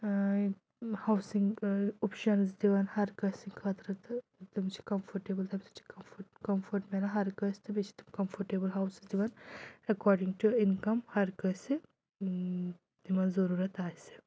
housing options دِوان ہر کٲنٛسہِ سٕنٛدۍ خٲطرٕ تہٕ تِم چھِ کَمفٲٹیبٕل تَمہِ سۭتۍ چھِ کَمفٲ کَمفٲٹ میلان ہر کٲنٛسہِ تہٕ بیٚیہِ چھِ تِم کَمفٲٹیبٕل ہاوسٕز دِوان اٮ۪کاڈِنٛگ ٹُہ اِنکَم ہَر کٲنٛسہِ تِمَن ضٔروٗرَت آسہِ